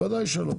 ודאי שלא.